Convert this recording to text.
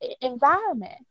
environment